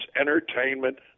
entertainment